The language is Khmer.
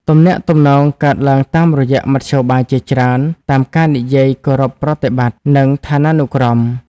ទំនាក់ទំនងកើតឡើងតាមរយៈមធ្យោបាយជាច្រើន តាមការនិយាយគោរពប្រតិបត្តិ និងឋានានុក្រម។